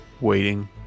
waiting